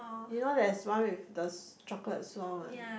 you know there is one with the chocolate swirl one